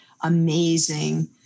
amazing